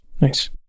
Nice